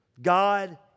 God